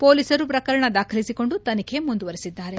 ಪೊಲೀಸರು ಪ್ರಕರಣ ದಾಖಲಿಸಿಕೊಂಡು ತನಿಖೆ ಮುಂದುವರಿಸಿದ್ದಾರೆ